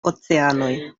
oceanoj